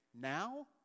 now